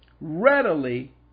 readily